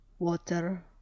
water